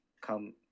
come